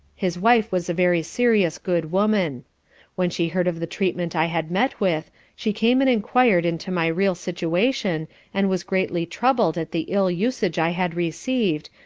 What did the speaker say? his wife was a very serious good woman when she heard of the treatment i had met with, she came and enquired into my real situation and was greatly troubled at the ill usage i had received,